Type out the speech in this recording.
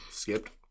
Skipped